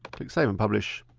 click save and publish.